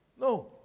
No